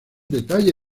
detalle